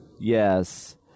yes